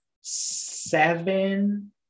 seven